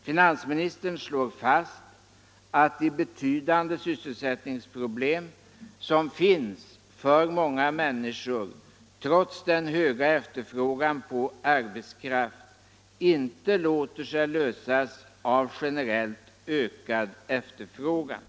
Finansministern slår där fast att de betydande sysselsättningsproblem som finns för många människor trots den höga efterfrågan på arbetskraft inte låter sig lösas av generellt ökad efterfrågan.